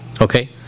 Okay